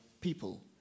people